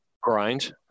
grind